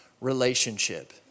relationship